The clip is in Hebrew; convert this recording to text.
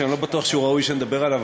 שאני לא בטוח שהוא ראוי שנדבר עליו,